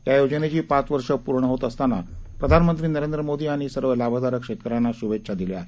या योजनेची पाच वर्ष पूर्ण होत असताना प्रधानमंत्री नरेंद्र मोदी यांनी सर्व लाभधारक शेतकऱ्यांना शुभेच्छा दिल्या आहेत